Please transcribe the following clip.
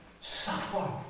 suffer